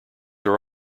are